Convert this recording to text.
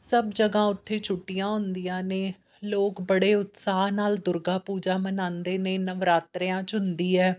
ਸਭ ਜਗ੍ਹਾ ਉੱਥੇ ਛੁੱਟੀਆਂ ਹੁੰਦੀਆਂ ਨੇ ਲੋਕ ਬੜੇ ਉਤਸ਼ਾਹ ਨਾਲ ਦੁਰਗਾ ਪੂਜਾ ਮਨਾਉਂਦੇ ਨੇ ਨਵਰਾਤਰਿਆਂ 'ਚ ਹੁੰਦੀ ਹੈ